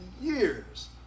years